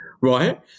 right